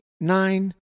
nine